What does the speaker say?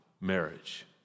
marriage